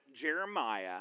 Jeremiah